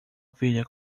filha